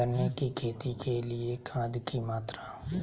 गन्ने की खेती के लिए खाद की मात्रा?